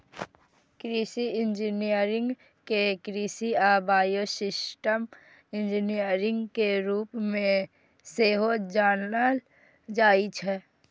कृषि इंजीनियरिंग कें कृषि आ बायोसिस्टम इंजीनियरिंग के रूप मे सेहो जानल जाइ छै